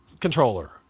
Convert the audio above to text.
controller